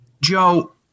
Joe